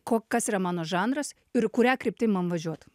ko kas yra mano žanras ir kuria kryptim man važiuoti